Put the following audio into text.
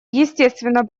естественно